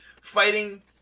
fighting